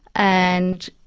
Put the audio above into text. and,